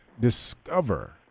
discover